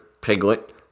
Piglet